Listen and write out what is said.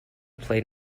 played